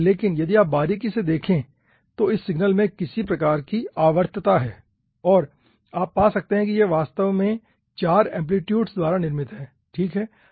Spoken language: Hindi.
लेकिन यदि आप बारीकी से देखें तो इस सिग्नल में किसी प्रकार की आवर्तता है और आप पा सकते हैं कि ये वास्तव में 4 एम्पलीटुडेस द्वारा निर्मित हैं ठीक है